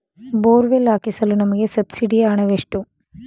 Borewell ಹಾಕಿಸಲು ನಮಗೆ ಸಬ್ಸಿಡಿಯ ಹಣವೆಷ್ಟು?